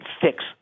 fix